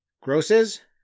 Grosses